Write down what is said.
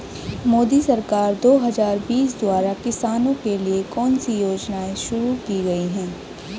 मोदी सरकार दो हज़ार बीस द्वारा किसानों के लिए कौन सी योजनाएं शुरू की गई हैं?